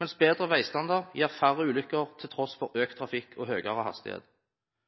mens bedre veistandard gir færre ulykker, til tross for økt trafikk og høyere hastighet.